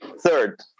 Third